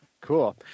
Cool